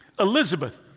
Elizabeth